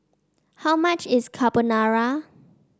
how much is Carbonara